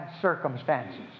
circumstances